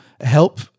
help